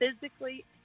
physically